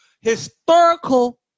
historical